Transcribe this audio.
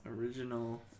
Original